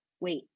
wait